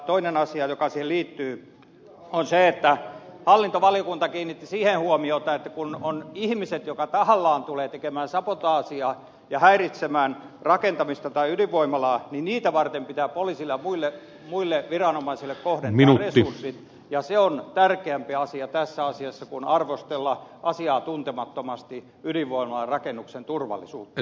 toinen asia joka siihen liittyy on se että hallintovaliokunta kiinnitti siihen huomiota että kun on ihmisiä jotka tahallaan tulevat tekemään sabotaasia ja häiritsemään rakentamista tai ydinvoimalaa niin heitä varten pitää poliisille ja muille viranomaisille kohdentaa resurssit ja se on tärkeämpi asia tässä asiassa kuin arvostella asiantuntemattomasti ydinvoimalarakennuksen turvallisuutta